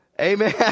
Amen